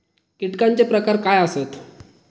कीटकांचे प्रकार काय आसत?